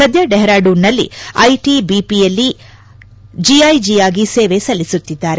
ಸದ್ಯ ಡೆಪ್ರಾಡೂನ್ ನಲ್ಲಿ ಐಟಿಬಿಪಿನಲ್ಲಿ ಜಿಐಜಿಯಾಗಿ ಸೇವೆ ಸಲ್ಲಿಸುತ್ತಿದ್ದಾರೆ